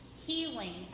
healing